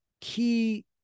key